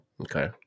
Okay